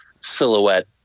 silhouette